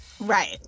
Right